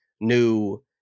new